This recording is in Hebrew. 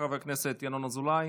חבר הכנסת ינון אזולאי,